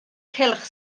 cylch